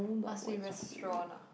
must be restaurant ah